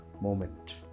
moment